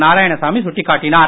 நாராயணசாமி சுட்டிக்காட்டினார்